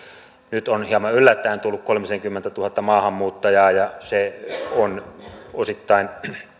nyt on hieman yllättäen tullut kolmisenkymmentätuhatta maahanmuuttajaa ja se on osittain